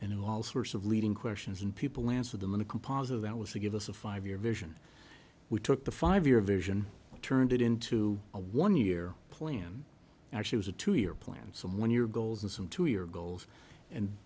and all sorts of leading questions and people answer them in a composite that was to give us a five year vision we took the five year vision turned it into a one year plan actually was a two year plan some one your goals and some to your goals and